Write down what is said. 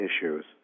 issues